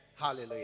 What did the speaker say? Hallelujah